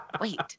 wait